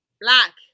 black